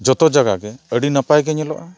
ᱡᱷᱚᱛᱚ ᱡᱟᱭᱜᱟ ᱜᱮ ᱟᱹᱰᱤ ᱱᱟᱯᱟᱭ ᱜᱮ ᱧᱮᱞᱚᱜᱼᱟ